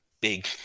big